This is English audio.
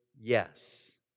yes